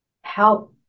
help